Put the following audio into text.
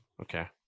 Okay